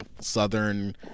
southern